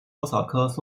莎草科